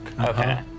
Okay